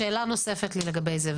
שאלה נוספת לי לגבי זה.